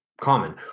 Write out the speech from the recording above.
common